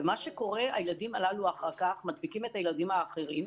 ומה שקורה הוא שהילדים הללו אחר כך מדביקים את הילדים האחרים.